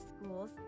schools